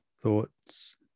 thoughts